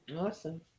Awesome